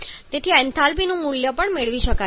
તેથી એન્થાલ્પીનું મૂલ્ય પણ મેળવી શકાય છે